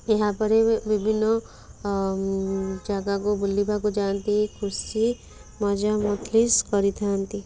ଏହାପରେ ବିଭିନ୍ନ ଜାଗାକୁ ବୁଲିବାକୁ ଯାଆନ୍ତି ଖୁସି ମଜା ମଜ୍ଲିସ୍ କରିଥାନ୍ତି